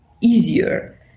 easier